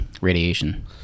radiation